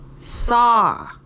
saw